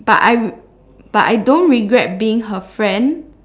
but I but I don't regret being her friend